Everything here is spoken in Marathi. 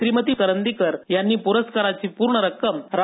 श्रीमती करंदीकर यांनी पुरस्काराची पूर्ण रक्कम रा